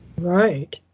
Right